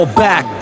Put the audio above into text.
back